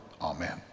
Amen